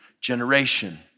generation